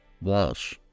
Walsh